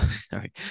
sorry